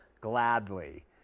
gladly